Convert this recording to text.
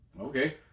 Okay